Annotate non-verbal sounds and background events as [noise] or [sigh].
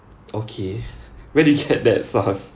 okay where did you get [laughs] that source